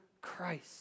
Christ